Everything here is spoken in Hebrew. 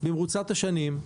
במרוצת השנים,